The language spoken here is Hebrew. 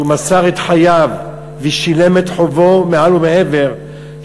שמסר את חייו ושילם את חובו מעל ומעבר,